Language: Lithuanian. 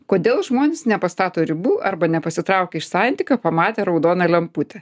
kodėl žmonės nepastato ribų arba nepasitraukia iš santykio pamatę raudoną lemputę